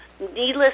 Needless